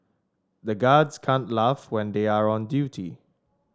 the guards can't laugh when they are on duty